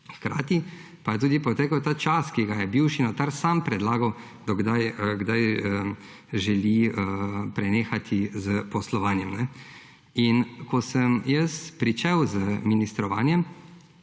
Hkrati pa je tudi potekel ta čas, ki ga je bivši notar sam predlagal, do kdaj želi prenehati s poslovanjem. Ko sem jaz pričel z ministrovanjem,